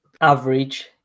Average